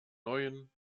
neuen